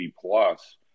plus